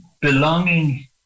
belonging